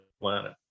planet